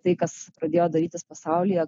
tai kas pradėjo darytis pasaulyje